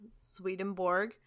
Swedenborg